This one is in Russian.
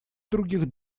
других